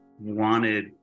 wanted